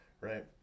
right